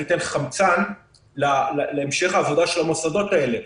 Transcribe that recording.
ייתן חמצן להמשך העבודה של המוסדות האלה.